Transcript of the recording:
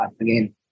again